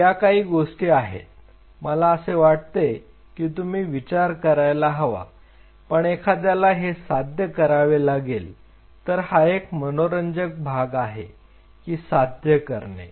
तर या काही गोष्टी आहेत मला असे वाटते की तुम्ही विचार करायला हवा पण एखाद्याला हे साध्य करावे लागेल तर हा एक मनोरंजक भाग आहे की साध्य करणे